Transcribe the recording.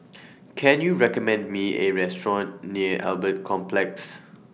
Can YOU recommend Me A Restaurant near Albert Complex